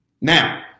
Now